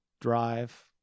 drive